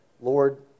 Lord